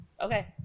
Okay